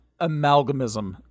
amalgamism